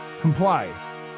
comply